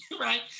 right